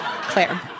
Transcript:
Claire